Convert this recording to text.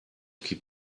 keep